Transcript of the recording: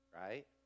right